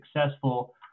successful